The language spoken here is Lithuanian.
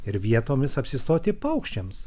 ir vietomis apsistoti paukščiams